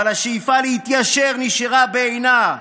אבל השאיפה להתיישר נשארה בעינה.